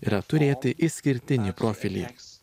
yra turėti išskirtinį profilį